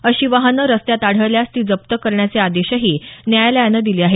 अशी वाहनं रस्तात आढळल्यास ती जप्त करण्याचे आदेशही न्यायालयानं दिले आहेत